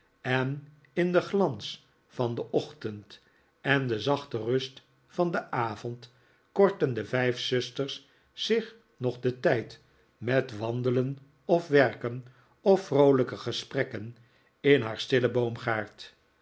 en in den glans van den ochtend en de zachte rust van den avond kortten de vijf zusters zich nog den tijd met wandelen of werken of vroolijke gesprekken in haar stillen boomgaard